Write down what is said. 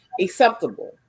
acceptable